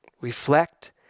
reflect